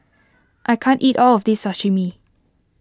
I can't eat all of this Sashimi